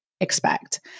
expect